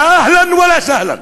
לא אהלן ולא סהלן.